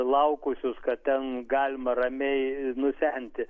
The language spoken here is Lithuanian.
laukusius kad ten galima ramiai nusenti